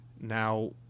now